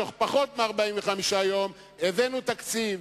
בתוך פחות מ-45 יום הבאנו תקציב,